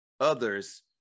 others